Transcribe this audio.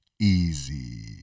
easy